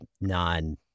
non